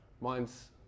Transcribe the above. mine's